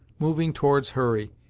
moving towards hurry,